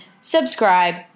subscribe